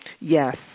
yes